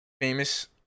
famous